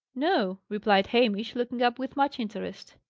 no, replied hamish, looking up with much interest.